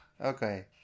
Okay